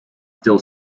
still